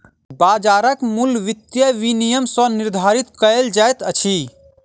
बाजारक मूल्य वित्तीय विनियम सॅ निर्धारित कयल जाइत अछि